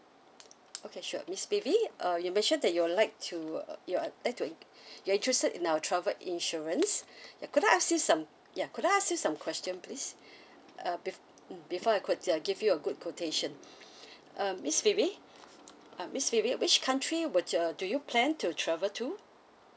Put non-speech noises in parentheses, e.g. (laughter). okay sure miss phoebe uh you mentioned that you would like to uh you are like to in~ (breath) you're interested in our travel insurance (breath) could I ask you some ya could I ask you some question please (breath) uh be~ mm before I could uh give you a good quotation (breath) uh miss phoebe uh miss phoebe which country would uh do you plan to travel to